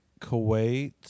Kuwait